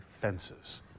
Fences